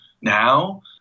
now